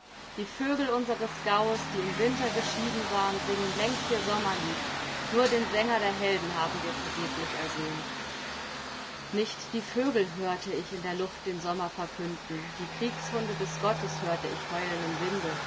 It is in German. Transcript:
die vögel unseres gaues die im winter geschieden waren singen längst ihr sommerlied nur den sänger der helden haben wir vergeblich ersehnt nicht die vögel hörte ich in der luft den sommer verkünden die kriegshunde des gottes hörte ich heulen im winde